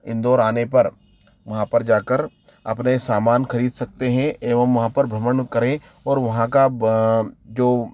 इंदौर आने पर वहाँ पर जाकर अपने सामान खरीद सकते हैं एवं वहाँ पर भ्रमण करें और वहाँ का जो